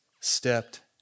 stepped